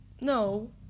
no